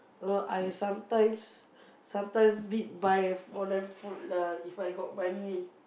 uh I sometimes sometimes did buy for them food lah if I got money